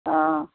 অঁ